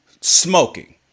smoking